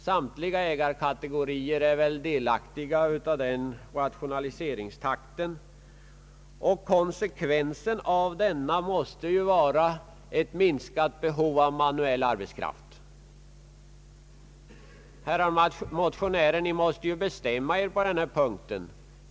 Samtliga ägarkategorier är delaktiga av den rationaliseringstakten, och konsekvensen av den måste ju vara ett minskat behov av manuell arbetskraft. Herrar motionärer, ni måste bestämma er på denna punkt!